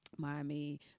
Miami